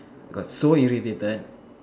I got so irritated